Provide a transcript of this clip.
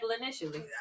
initially